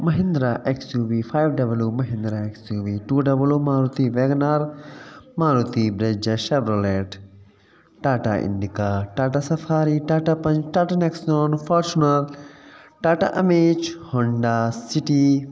Mahendra X U V five double O Mahindra X U V two double O Maruti wagon R Maruti Brezza Chevrolet Tata Indica Tata Safari Tata पं Tata Nexon Fortuner Tata Amaze Honda city